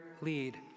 lead